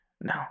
no